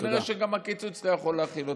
כנראה שגם הקיצוץ לא יכול להכיל אותם.